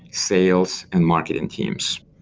sales, and marketing teams.